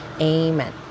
amen